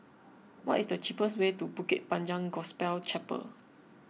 what is the cheapest way to Bukit Panjang Gospel Chapel